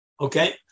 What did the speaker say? okay